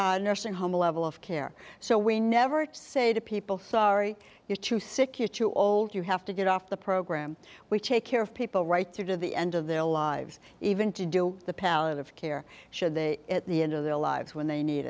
need nursing home a level of care so we never say to people sorry you're too sick you too old you have to get off the program we take care of people right through to the end of their lives even to do the palliative care should they at the end of their lives when they need